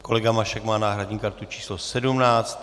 Kolega Mašek má náhradní kartu č. 17.